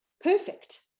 perfect